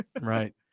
Right